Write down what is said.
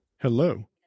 Hello